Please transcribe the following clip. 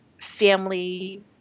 family